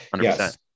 yes